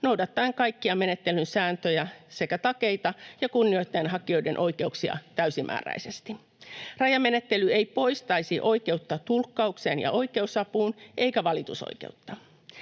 noudattaen kaikkia menettelyn sääntöjä sekä takeita ja kunnioittaen hakijoiden oikeuksia täysimääräisesti. Rajamenettely ei poistaisi oikeutta tulkkaukseen ja oikeusapuun eikä valitusoikeutta.